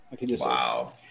Wow